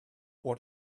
what